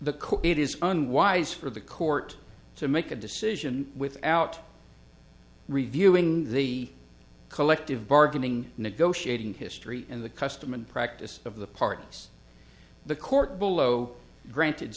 it is unwise for the court to make a decision without reviewing the collective bargaining negotiating history in the custom and practice of the parties the court below granted